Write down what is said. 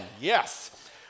Yes